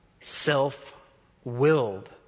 self-willed